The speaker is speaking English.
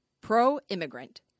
pro-immigrant